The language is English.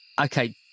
Okay